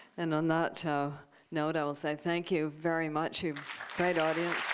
and on that so note, i will say thank you very much. you've great audience.